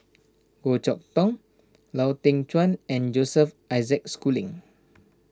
Goh Chok Tong Lau Teng Chuan and Joseph Isaac Schooling